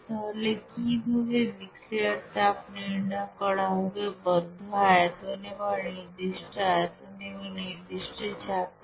তাহলে কিভাবে বিক্রিয়ার তাপ নির্ণয় করা হবে বন্ধ আয়তনে বা নির্দিষ্ট আয়তনে এবং নির্দিষ্ট চাপে